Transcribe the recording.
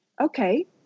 okay